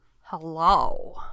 hello